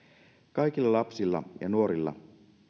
kaikilla lapsilla ja nuorilla